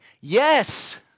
Yes